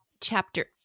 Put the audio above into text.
chapter